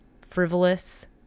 frivolous